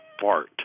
fart